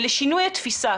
לשינוי התפיסה,